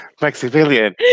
Maximilian